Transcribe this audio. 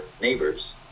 neighbors